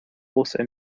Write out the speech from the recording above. also